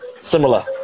similar